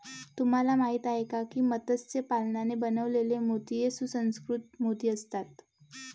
तुम्हाला माहिती आहे का की मत्स्य पालनाने बनवलेले मोती हे सुसंस्कृत मोती असतात